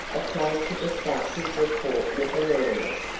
afraid to discuss his report with the lawyers.